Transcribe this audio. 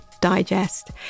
digest